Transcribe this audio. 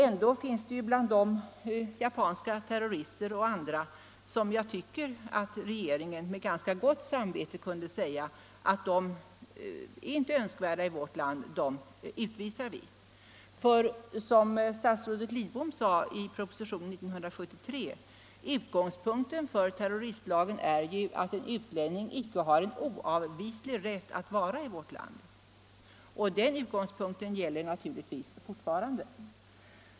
Ändå finns det bland dessa japanska terrorister och andra grupper personer om vilka jag tycker att regeringen med ganska gott samvete kunde säga att de inte är önskvärda i vårt land utan skall utvisas. Statsrådet Lidbom sade i propositionen år 1973 att utgångspunkten för terroristlagen är att en utlänning inte har en oavvislig rätt att vara 2 i vårt land, och den utgångspunkten gäller naturligtvis fortfarande.